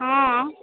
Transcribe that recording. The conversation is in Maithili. हॅं